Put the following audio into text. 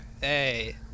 Hey